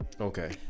Okay